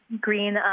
green